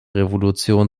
revolution